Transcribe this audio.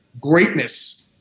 greatness